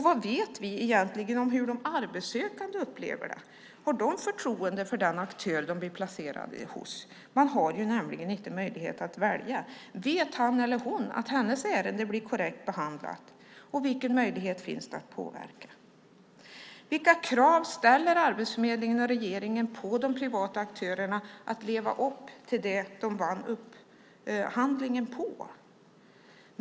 Vad vet vi egentligen om hur de arbetssökande upplever det? Har de förtroende för den aktör de blir placerade hos? De har nämligen inte möjlighet att välja. Vet han eller hon att hans eller hennes ärende blir korrekt behandlat, och vilka möjligheter finns det att påverka? Vilka krav ställer Arbetsförmedlingen på de privata aktörerna att leva upp till det som de vann upphandlingen på?